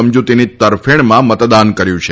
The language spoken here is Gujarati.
સમજુતીની તરફેણમાં મતદાન કર્યુ છે